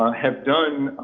um have done